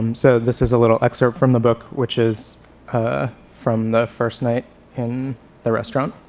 um so this is a little excerpt from the book which is ah from the first night in the restaurant.